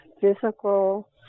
physical